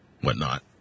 whatnot